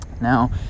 Now